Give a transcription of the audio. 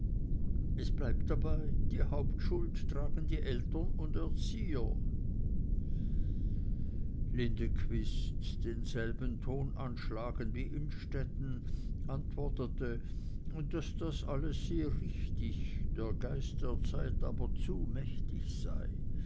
es bleibt dabei die hauptschuld tragen die eltern und erzieher lindequist denselben ton anschlagend wie innstetten antwortete daß das alles sehr richtig der geist der zeit aber zu mächtig sei